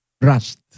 rust